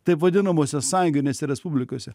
taip vadinamose sąjunginėse respublikose